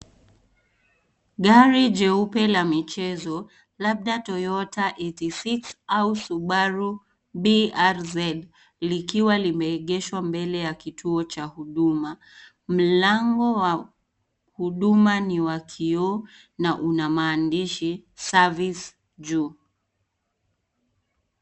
Gari jeupe la michezo labda toyota 86 au subaru brz likiwa limeegeshwa mbele ya kituo cha huduma. Milango wa huduma ni wa kioo na una maandishi (cs) service(cs) juu .